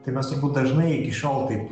tai mes dažnai iki šiol taip